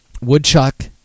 woodchuck